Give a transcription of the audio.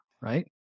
right